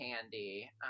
Candy